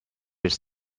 its